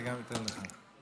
אני אתן גם לך.